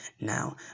Now